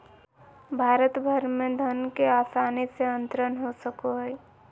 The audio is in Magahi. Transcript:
भारत भर में धन के आसानी से अंतरण हो सको हइ